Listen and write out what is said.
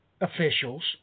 officials